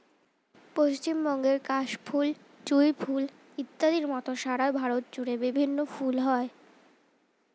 পশ্চিমবঙ্গের কাশ ফুল, জুঁই ফুল ইত্যাদির মত সারা ভারত জুড়ে বিভিন্ন ফুল হয়